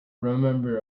remember